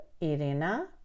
Irina